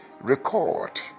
record